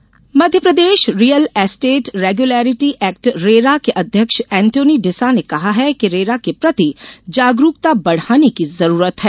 RERA Madhya Pradesh real estate regulatory act RERA के अध्यक्ष एंटोनी डिसा ने कहा है कि रेरा के प्रति जागरूकता बढ़ाने की जरूरत है